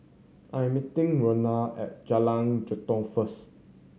I am meeting Regina at Jalan Jelutong first